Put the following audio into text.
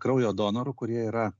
kraujo donorų kurie yra